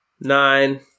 nine